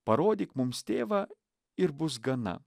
parodyk mums tėvą ir bus gana